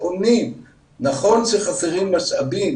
נכון שחסרים משאבים